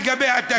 לגבי התקציב.